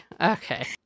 Okay